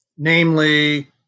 Namely